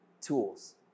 tools